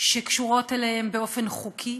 שקשורות אליהם באופן חוקי,